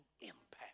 impact